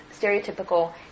stereotypical